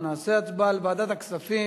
נעשה הצבעה על ועדת הכספים.